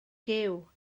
gyw